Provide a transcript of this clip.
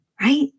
right